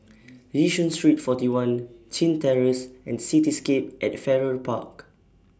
Yishun Street forty one Chin Terrace and Cityscape At Farrer Park